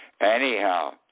Anyhow